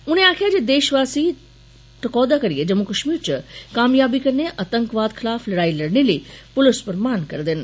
उने आखेआ ज देषवासी टकोह्दा करियै जम्मू कष्मीर च कामयाबी कन्नै आतंकवाद खलाफ लड़ाई करने लेई पुलस उप्पर मान करदे न